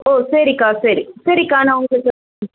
ஓ சரிக்கா சரி சரிக்கா நான் உங்க